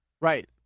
Right